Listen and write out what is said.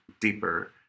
deeper